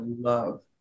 love